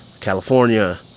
California